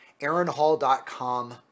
aaronhall.com